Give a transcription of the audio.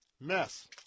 Mess